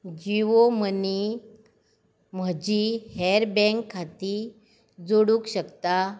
जीयो मनीक म्हजीं हेर बँक खातीं जोडूंक शकता